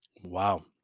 Wow